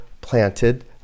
planted